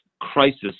crisis